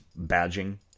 badging